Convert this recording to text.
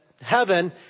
heaven